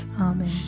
Amen